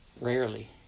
Rarely